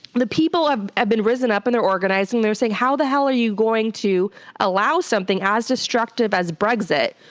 the people have have been risen up and their organizing, they were saying, how the hell are you going to allow something as destructive as brexit,